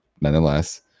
nonetheless